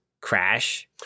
Crash